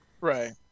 Right